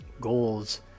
goals